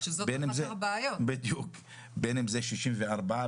בין אם זה 64,